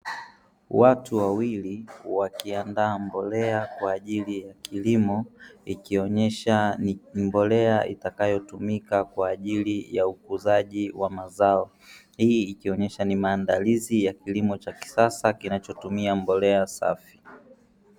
Watu wawili wakiandaa mbolea kwa ajili ya kilimo ikionyesha ni mbolea itakayotumika kwa ajili ya ukuzaji wa mazao. Hii ikionyesha ni maandalizi ya kiimo cha kisasa kinachotumia mbolea safi.